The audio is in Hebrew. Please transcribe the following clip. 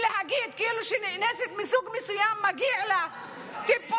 להגיד שלנאנסת מסוג מסוים מגיע טיפול,